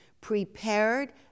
prepared